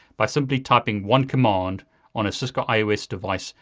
by simply typing one command on a cisco ios device,